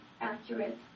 accurate